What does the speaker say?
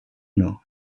know